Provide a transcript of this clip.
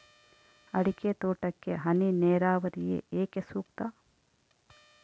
ಅಡಿಕೆ ತೋಟಕ್ಕೆ ಹನಿ ನೇರಾವರಿಯೇ ಏಕೆ ಸೂಕ್ತ?